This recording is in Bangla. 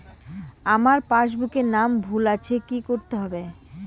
আমার পাসবুকে নাম ভুল আছে কি করতে হবে?